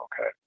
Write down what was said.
okay